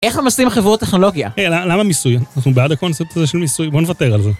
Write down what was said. איך ממסים חברות טכנולוגיה? היי, למה, למה מיסוי? אנחנו בעד הקונספט הזה של מיסוי, בוא נוותר על זה.